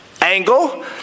angle